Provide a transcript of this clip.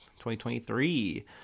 2023